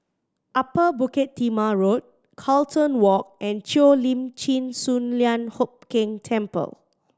Upper Bukit Timah Road Carlton Walk and Cheo Lim Chin Sun Lian Hup Keng Temple